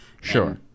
sure